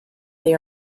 they